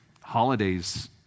holidays